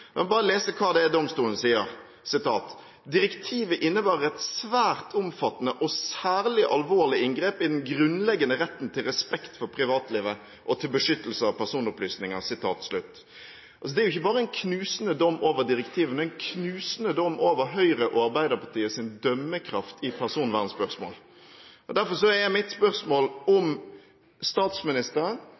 Jeg vil lese hva domstolen sier: «Direktivet innebærer et svært omfattende og særlig alvorlig inngrep i den grunnleggende retten til respekt for privatlivet og til beskyttelse av personopplysninger.» Det er ikke bare en knusende dom over direktivet, men en knusende dom over Høyres og Arbeiderpartiets dømmekraft i personvernspørsmål. Derfor er mitt spørsmål om statsministeren,